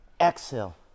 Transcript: exhale